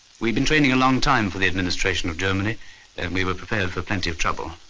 we'd been training a long time for the administration of germany and we were prepared for plenty of trouble.